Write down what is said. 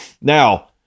Now